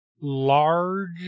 large